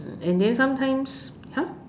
and then sometimes !huh!